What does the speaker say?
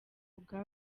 bwa